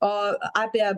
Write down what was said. o apie